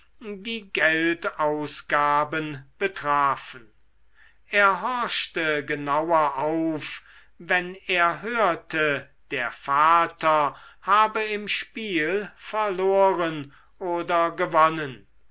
die geldausgaben betrafen er horchte genauer auf wenn er hörte der vater habe im spiel verloren oder gewonnen